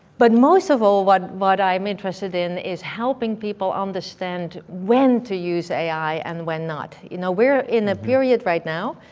but most of all, what what i'm interested in is helping people understand when to use ai, and when not. you know we're in a period right now,